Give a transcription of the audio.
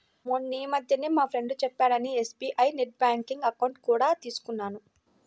మొన్నీమధ్యనే మా ఫ్రెండు చెప్పాడని ఎస్.బీ.ఐ నెట్ బ్యాంకింగ్ అకౌంట్ కూడా తీసుకున్నాను